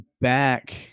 back